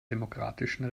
demokratischen